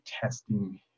testing